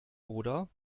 oder